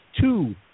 two